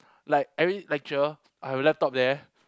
like every lecture I'll have a laptop there